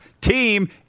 team